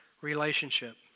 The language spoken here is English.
relationship